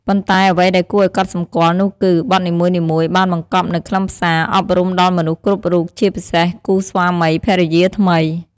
ប៉ុន្តែអ្វីដែលគួរឱ្យកត់សម្គាល់នោះគឺ បទនីមួយៗបានបង្កប់នូវខ្លឹមសារ អប់រំដល់មនុស្សគ្រប់រូប ជាពិសេសគូស្វាមី ភរិយាថ្មី។